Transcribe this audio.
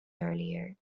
earlier